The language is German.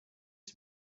die